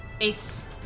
Ace